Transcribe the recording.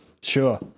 sure